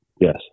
Yes